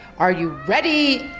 are you ready?